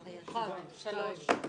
עפר שלח?